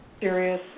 serious